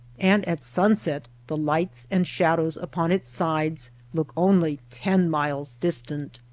and at sunset the lights and shadows upon its sides look only ten miles distant.